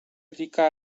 lika